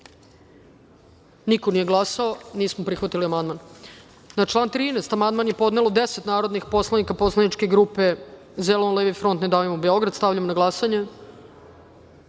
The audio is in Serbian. niko nije glasao, nismo prihvatili amandman. Na član 13. amandman je podnelo deset narodnih poslanika poslaničke grupe Zeleno-levi front – Ne davimo Beograd. Stavljam na